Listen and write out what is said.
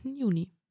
Juni